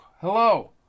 hello